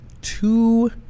two